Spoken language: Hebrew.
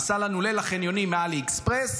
עשה לנו ליל החניונים מעלי אקספרס,